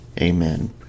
Amen